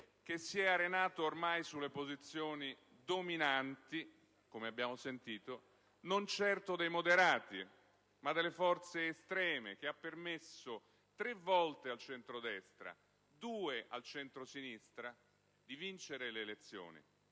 che si è arenato ormai sulle posizioni dominanti, come abbiamo sentito, non certo dei moderati, ma delle forze estreme, e che ha permesso, tre volte al centrodestra e due al centrosinistra, di vincere le elezioni,